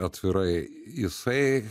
atvirai jisai